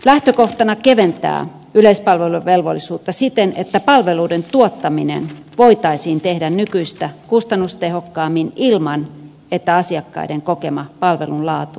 lähtökohtana on keventää yleispalveluvelvollisuutta siten että palveluiden tuottaminen voitaisiin tehdä nykyistä kustannustehokkaammin ilman että asiakkaiden kokema palvelun laatu tästä kärsii